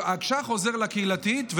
האגש"ח עוזר לקהילתית,